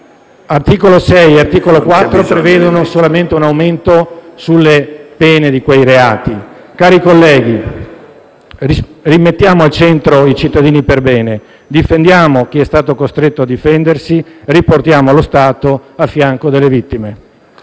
articoli 6 e 4 prevedono solamente un aumento delle pene di quei reati. Cari colleghi, rimettiamo al centro i cittadini perbene, difendiamo chi è stato costretto a difendersi e riportiamo lo Stato a fianco delle vittime.